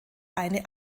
eine